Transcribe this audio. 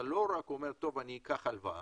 אתה לא אומר רק אני אקח הלוואה,